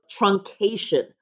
truncation